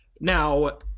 Now